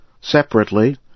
Separately